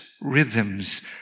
rhythms